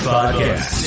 Podcast